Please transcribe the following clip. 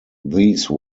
these